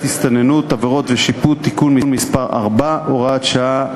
הסתננות (עבירות ושיפוט) (תיקון מס' 4 והוראת שעה),